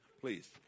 Please